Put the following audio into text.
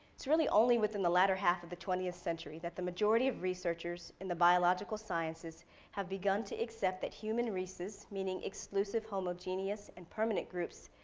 it's really only within the latter half of the twentieth century that the majority of researchers in the biological sciences have begun to accept that human races, meaning exclusive homogenous and permanent groups,